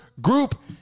group